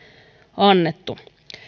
annettu